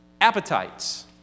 appetites